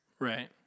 Right